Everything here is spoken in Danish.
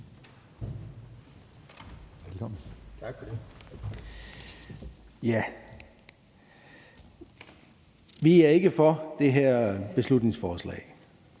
Tak for det. Vi er ikke for det her beslutningsforslag.